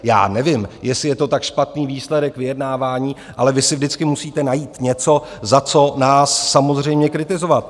Já nevím, jestli je to tak špatný výsledek vyjednávání, ale vy si vždycky musíte najít něco, za co nás samozřejmě kritizovat.